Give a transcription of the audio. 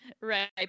Right